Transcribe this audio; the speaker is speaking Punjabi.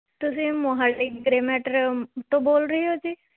ਤੁਸੀਂ ਮੋਹਾਲੀ ਗ੍ਰੇ ਮੈਟਰ ਤੋਂ ਬੋਲ ਰਹੇ ਹੋ ਜੀ